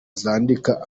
zandika